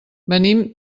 venim